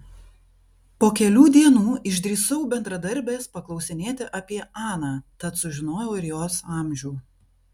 po kelių dienų išdrįsau bendradarbės paklausinėti apie aną tad sužinojau ir jos amžių